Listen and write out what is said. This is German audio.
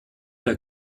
der